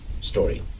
story